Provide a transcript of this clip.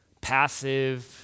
passive